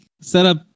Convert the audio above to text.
setup